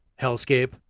hellscape